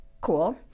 cool